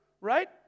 Right